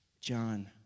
John